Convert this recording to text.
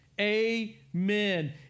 amen